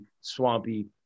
swampy